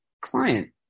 client